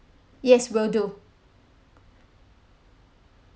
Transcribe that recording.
yes will do